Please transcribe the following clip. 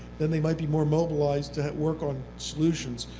then they might be more mobilized to work on solutions.